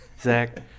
Zach